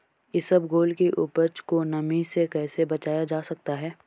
इसबगोल की उपज को नमी से कैसे बचाया जा सकता है?